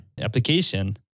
application